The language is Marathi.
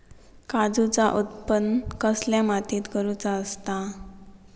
काजूचा उत्त्पन कसल्या मातीत करुचा असता?